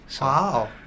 Wow